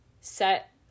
set